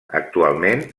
actualment